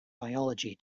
biology